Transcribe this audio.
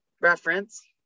reference